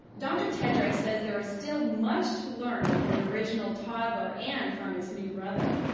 dr. tedrake says there is still much to learn from the original toddler, and from its new brother.